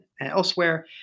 elsewhere